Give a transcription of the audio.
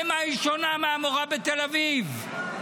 במה היא שונה מהמורה בתל אביב?